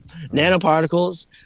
nanoparticles